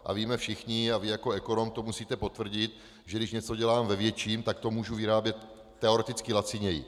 A víme všichni, a vy jako ekonom to musíte potvrdit, že když něco dělám ve větším, tak to můžu vyrábět teoreticky laciněji.